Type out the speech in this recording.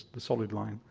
the solid line,